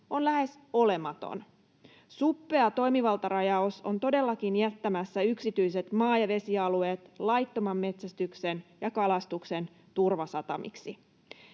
on lähes olematon. Suppea toimivaltarajaus on todellakin jättämässä yksityiset maa- ja vesialueet laittoman metsästyksen ja kalastuksen turvasatamiksi.